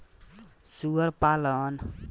सूअर पालन, बकरी बकरा पालन से भी मांस अउरी दूध मिलेला